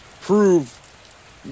prove